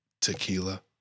Tequila